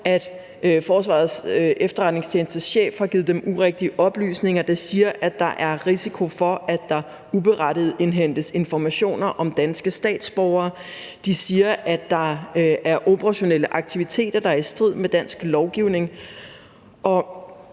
Forsvarets Efterretningstjenestes chef har givet dem urigtige oplysninger. De siger, at der er risiko for, at der uberettiget indhentes informationer om danske statsborgere. De siger, at der er operationelle aktiviteter, der er i strid med dansk lovgivning.